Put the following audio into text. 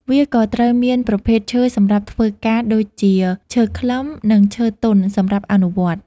វាក៏ត្រូវមានប្រភេទឈើសម្រាប់ធ្វើការដូចជាឈើខ្លឹមនិងឈើទន់សម្រាប់អនុវត្ត។